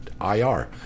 IR